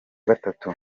gatatu